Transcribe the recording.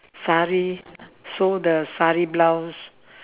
sari so the sari blouse